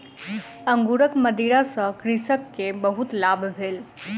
अंगूरक मदिरा सॅ कृषक के बहुत लाभ भेल